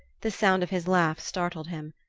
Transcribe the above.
the sound of his laugh startled him.